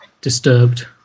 disturbed